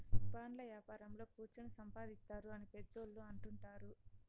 బాండ్ల యాపారంలో కుచ్చోని సంపాదిత్తారు అని పెద్దోళ్ళు అంటుంటారు